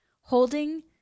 holding